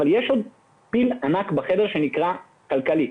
יש עוד פיל ענק בחדר שנקרא כלכלה.